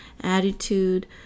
attitude